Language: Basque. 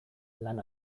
lan